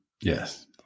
Yes